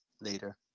later